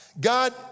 God